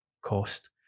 cost